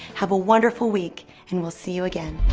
have a wonderful week and we'll see you again.